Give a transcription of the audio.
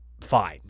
Fine